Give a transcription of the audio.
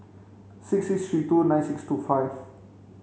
six six three two nine six two five